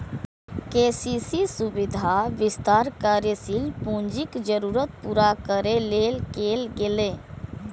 KCC सुविधाक विस्तार कार्यशील पूंजीक जरूरत पूरा करै लेल कैल गेलै